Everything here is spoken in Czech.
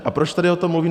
A proč tady o tom mluvím?